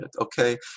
okay